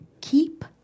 keep